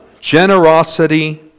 generosity